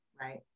Right